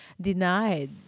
denied